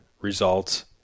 results